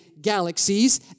galaxies